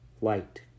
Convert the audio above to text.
light